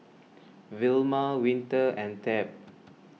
Vilma Winter and Tab